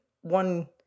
one